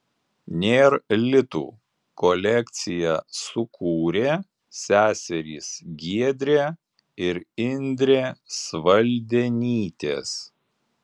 nėr litų kolekciją sukūrė seserys giedrė ir indrė svaldenytės